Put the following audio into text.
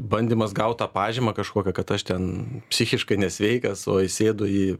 bandymas gaut tą pažymą kažkokią kad aš ten psichiškai nesveikas o įsėdu į